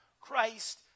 Christ